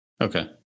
Okay